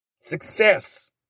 success